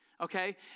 Okay